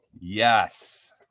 Yes